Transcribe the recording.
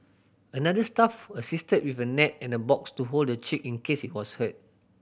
another staff assisted with a net and a box to hold the chick in case it was hurt